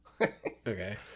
Okay